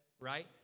Right